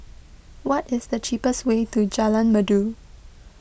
what is the cheapest way to Jalan Merdu